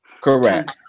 Correct